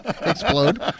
Explode